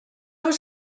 was